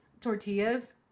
tortillas